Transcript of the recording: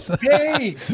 Hey